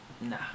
Nah